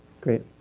great